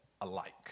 alike